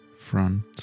front